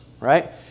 Right